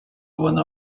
вона